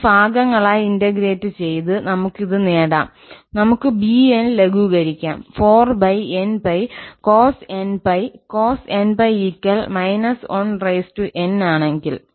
ഇത് ഭാഗങ്ങളായി ഇന്റഗ്രേറ്റ് ചെയ്ത് നമുക്ക് ഇത് നേടാം നമുക്ക് 𝑏n ലഘൂകരിക്കാം - 4𝑛𝜋 cos 𝑛𝜋 cos 𝑛𝜋 −1n ആണെങ്കിൽ